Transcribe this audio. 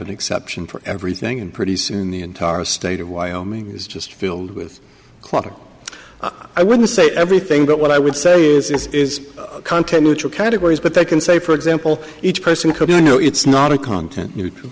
an exception for everything and pretty soon the entire state of wyoming is just filled with clutter i want to say everything but what i would say is this is content neutral categories but they can say for example each person could you know it's not a content neutral